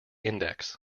index